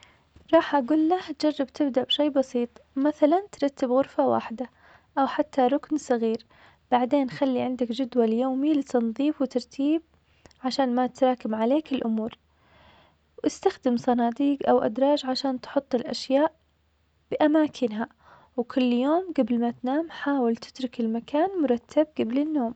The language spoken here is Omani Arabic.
راح أقوله جرب تبدأ بشي بسيط, مثلا ترتب غرفة واحدة, او حتى ركن صغير, بعدين خلي عندك جدول يومي لتنظيف وترتيب, عشان ما تتراكم عليك الأمور, واستخدم صناديق أو أدراج عشان تحط الاشياء بأماكنها, وكل يوم قبل ما تنام حاول تترك المكان مرتب قبل النوم.